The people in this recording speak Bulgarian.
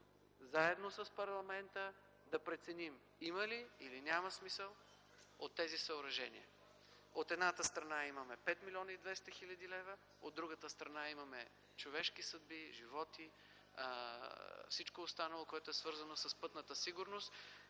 заедно с парламента да преценим има или няма смисъл от тези съоръжения? От едната страна имаме 5 млн. 200 хил. лв., а от другата страна имаме човешки съдби, животи, всичко останало, което е свързано с пътната сигурност.